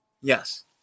Yes